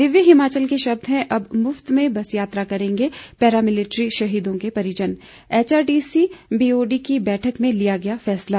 दिव्य हिमाचल के शब्द हैं अब मुफ्त में बस यात्रा करेंगे पैरामिलिट्री शहीदों के परिजन एचआरटीसी बीओडी की बैठक में लिया गया फैसला